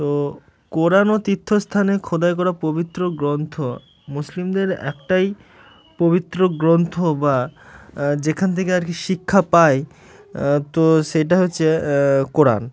তো কোরআন ও তীর্থস্থানে খোদাই করা পবিত্র গ্রন্থ মুসলিমদের একটাই পবিত্র গ্রন্থ বা যেখান থেকে আর কি শিক্ষা পায় তো সেটা হচ্ছে কোরআন